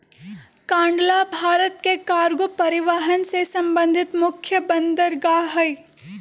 कांडला भारत के कार्गो परिवहन से संबंधित मुख्य बंदरगाह हइ